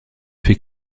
fait